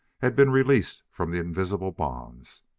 had been released from the invisible bonds.